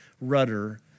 rudder